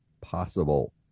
possible